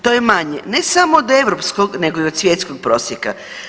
To je manje ne samo od europskog nego i od svjetskog prosjeka.